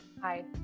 Hi